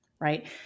Right